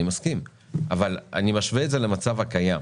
אני מסכים לזה אבל אני משווה את זה למצב הקיים.